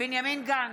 בנימין גנץ,